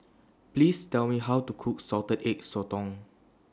Please Tell Me How to Cook Salted Egg Sotong